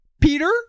Peter